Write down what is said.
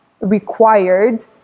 required